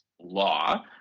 law